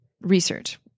research